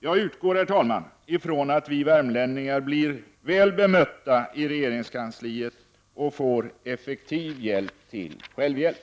Jag utgår, herr talman, ifrån att vi värmlänningar blir väl bemötta i regeringskansliet och får effektiv hjälp till självhjälp.